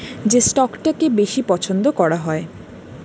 যে স্টকটাকে বেশি পছন্দ করা হয়